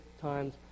times